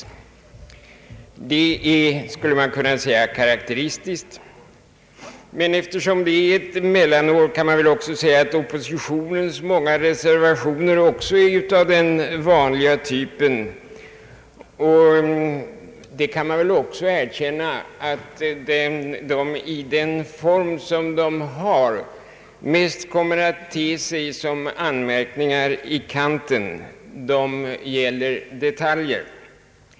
Det är, skulle man kunna säga, karakteristiskt. Men eftersom det är ett mellanår kan man väl också säga att oppositionens många reservationer är av den vanliga typen. Såsom reservationerna har utformats ter de sig — det skall väl också erkännas — mest som anmärkningar i kanten; de gäller detaljer.